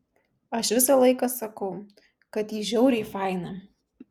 aš visą laiką sakau kad ji žiauriai faina